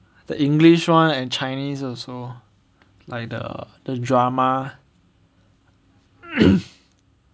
the english one and chinese also like the the drama